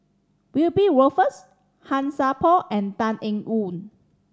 Wiebe Wolters Han Sai Por and Tan Eng Yoon